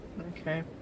Okay